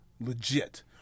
Legit